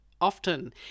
often